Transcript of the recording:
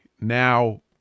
now